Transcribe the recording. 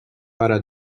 para